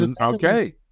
Okay